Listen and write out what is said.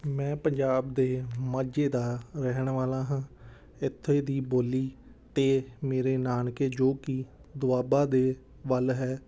ਮੈਂ ਪੰਜਾਬ ਦੇ ਮਾਝੇ ਦਾ ਰਹਿਣ ਵਾਲਾ ਹਾਂ ਇੱਥੇ ਦੀ ਬੋਲੀ ਅਤੇ ਮੇਰੇ ਨਾਨਕੇ ਜੋ ਕਿ ਦੁਆਬਾ ਦੇ ਵੱਲ ਹੈ